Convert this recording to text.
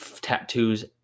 tattoos